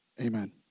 Amen